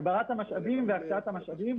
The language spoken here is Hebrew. הגברת משאבים והקצאת משאבים.